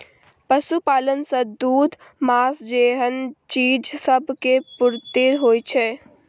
पशुपालन सँ दूध, माँस जेहन चीज सब केर पूर्ति होइ छै